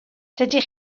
dydych